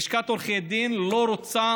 לשכת עורכי הדין לא רוצה